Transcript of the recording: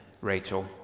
Rachel